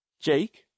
Jake